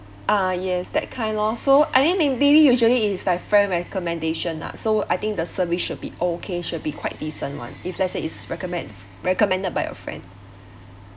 ah yes that kind lor so I think may~ maybe usually is like friend recommendation ah so I think the service should be okay should be quite decent one if let's say it's recommend recommended by a friend